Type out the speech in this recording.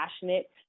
passionate